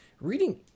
reading